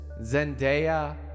zendaya